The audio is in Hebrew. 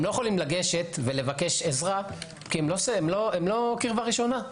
הם לא יכולים לגשת ולבקש עזרה כי הם לא קירבה ראשונה.